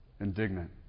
Indignant